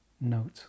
Note